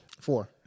Four